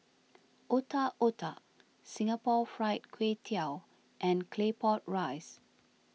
Otak Otak Singapore Fried Kway Tiao and Claypot Rice